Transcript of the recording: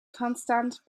konstant